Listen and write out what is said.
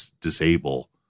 disable